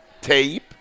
tape